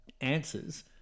answers